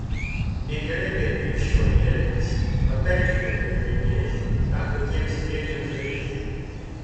negerai taip krikščioniui elgtis patarkite gerbiamieji ką tokiems bėdžiams daryti